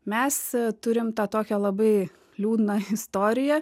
mes turim tą tokią labai liūdną istoriją